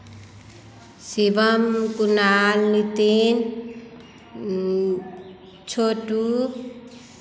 Shivam Kunal Nitin Chhotu